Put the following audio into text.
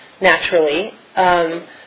naturally